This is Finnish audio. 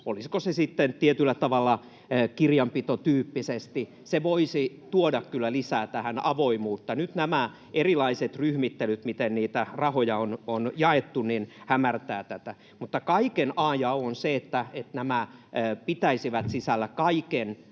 olisiko se sitten tietyllä tavalla kirjanpitotyyppisesti. Se voisi tuoda tähän kyllä lisää avoimuutta. Nyt nämä erilaiset ryhmittelyt, miten niitä rahoja on jaettu, hämärtävät tätä. Mutta kaiken a ja o on se, että nämä pitäisivät sisällään kaiken